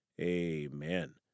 amen